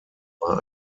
war